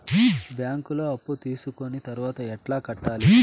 బ్యాంకులో అప్పు తీసుకొని తర్వాత ఎట్లా కట్టాలి?